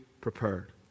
prepared